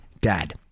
Dad